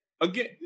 again